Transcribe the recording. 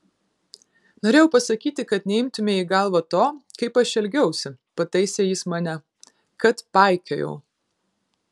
norėjau pasakyti kad neimtumei į galvą to kaip aš elgiausi pataisė jis mane kad paikiojau